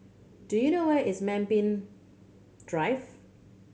do you know where is Pemimpin Drive